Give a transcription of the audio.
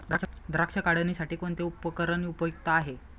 द्राक्ष काढणीसाठी कोणते उपकरण उपयुक्त आहे?